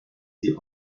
sie